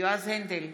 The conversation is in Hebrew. יועז הנדל,